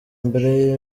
mbere